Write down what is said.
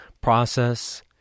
process